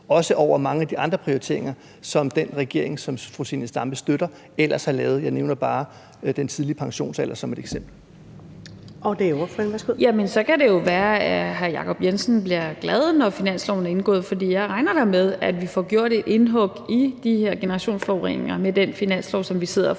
også højere end mange af de andre prioriteringer, som den regering, som fru Zenia Stampe støtter, ellers har lavet. Jeg nævner bare den tidlige pensionsalder som et eksempel. Kl. 20:21 Første næstformand (Karen Ellemann): Det er ordføreren. Værsgo. Kl. 20:21 Zenia Stampe (RV): Jamen så kan det jo være, at hr. Jacob Jensen bliver glad, når finansloven er indgået, for jeg regner da med, at vi får gjort et indhug i de her generationsforureninger med den finanslov, som vi sidder og forhandler